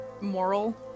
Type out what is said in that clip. moral